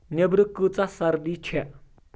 نیبرٕ کۭژاہ سردی چھےٚ